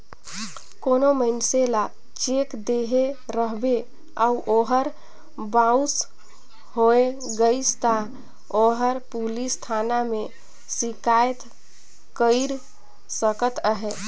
कोनो मइनसे ल चेक देहे रहबे अउ ओहर बाउंस होए गइस ता ओहर पुलिस थाना में सिकाइत कइर सकत अहे